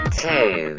two